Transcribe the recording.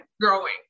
growing